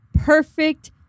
perfect